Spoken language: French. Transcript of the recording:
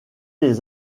les